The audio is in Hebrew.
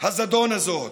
הזדון הזאת.